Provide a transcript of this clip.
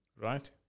right